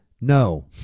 No